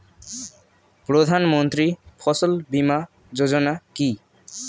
প্রধানমন্ত্রী ফসল বীমা যোজনা কি?